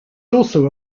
also